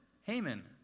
Haman